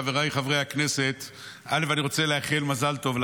של חברי הכנסת משה גפני ויעקב אשר.